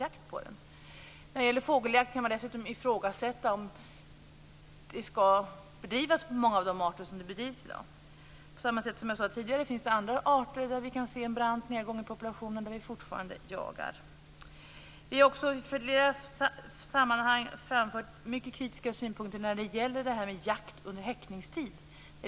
Man kan dessutom ifrågasätta om jakt över huvud taget skall bedrivas på många av de fågelarter som jagas i dag. Som jag sade tidigare finns det andra arter med en brant nedgång i populationen som vi fortfarande jagar. Vi har också i flera sammanhang framfört mycket kritiska synpunkter på jakt under häckningstid.